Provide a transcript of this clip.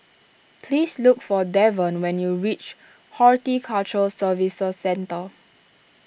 please look for Davon when you reach Horticulture Services Centre